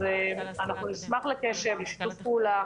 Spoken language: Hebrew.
אנחנו נשמח לקשב, לשיתוף פעולה